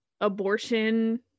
abortion